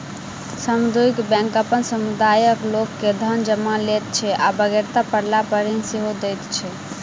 सामुदायिक बैंक अपन समुदायक लोक के धन जमा लैत छै आ बेगरता पड़लापर ऋण सेहो दैत छै